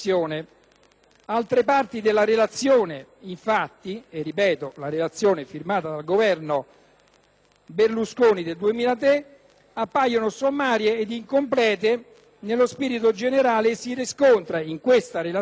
altre parti della relazione - ripeto, mi riferisco alla relazione firmata dal Governo Berlusconi del 2003 - appaiono sommarie ed incomplete nello spirito generale e si riscontra una mera descrizione